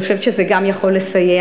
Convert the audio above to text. אני חושבת שזה גם כן יכול לסייע,